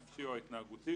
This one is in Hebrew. הנפשי או ההתנהגותי,